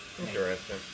Interesting